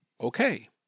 Okay